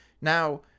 Now